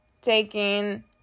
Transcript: taking